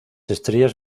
estrellas